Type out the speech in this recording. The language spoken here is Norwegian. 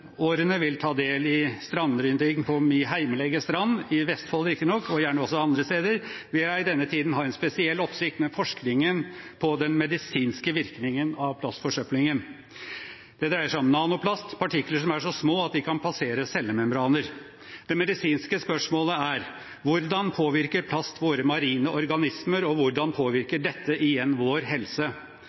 årene vil ta del i strandrydding på «mi heimlege strand» i Vestfold – og gjerne også andre steder – vil jeg i denne tiden ha spesiell oppsikt med forskningen på den medisinske virkningen av plastforsøpling. Det dreier seg om nanoplast, partikler som er så små at de kan passere cellemembraner. Det medisinske spørsmålet er: Hvordan påvirker plast våre marine organismer, og hvordan påvirker dette igjen vår helse?